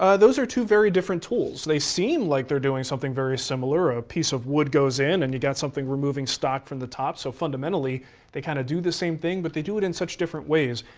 those are two very different tools. they seem like they're doing something very similar, a piece of wood goes in and you've got something removing stock from the tops, so fundamentally they kind of do the same thing, but they do it in such different ways.